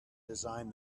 design